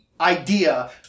idea